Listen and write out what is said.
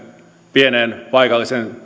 pieneen paikallisen